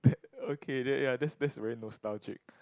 okay that ya that that's very nostalgic